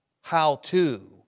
how-to